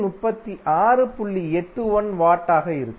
81 watt ஆகும்